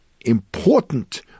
important